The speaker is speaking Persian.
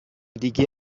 دیگه